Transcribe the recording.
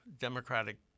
Democratic